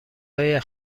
های